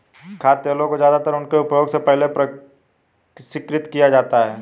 खाद्य तेलों को ज्यादातर उनके उपभोग से पहले परिष्कृत किया जाता है